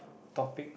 topic